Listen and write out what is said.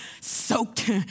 soaked